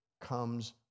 comes